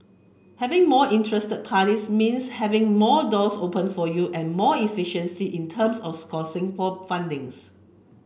having more interest parties means having more doors open for you and more efficiency in terms of sourcing for fundings